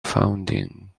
founding